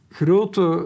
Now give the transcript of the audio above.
grote